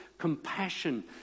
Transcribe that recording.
compassion